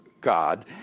God